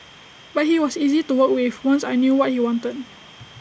but he was easy to work with once I knew what he wanted